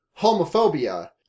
homophobia